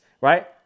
right